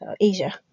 Asia